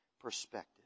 perspective